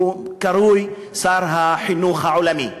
הוא קרוי שר החינוך העולמי.